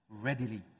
readily